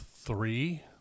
Three